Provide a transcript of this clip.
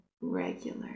regular